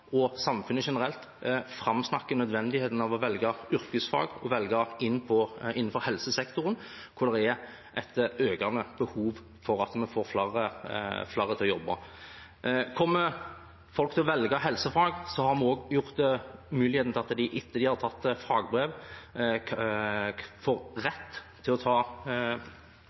og samfunnet generelt framsnakker nødvendigheten av å velge yrkesfag og velge innenfor helsesektoren, hvor det er et økende behov for å få flere til å jobbe. Kommer folk til å velge helsefag, har vi også gitt muligheten for at de, etter at de har tatt fagbrev, får rett til å ta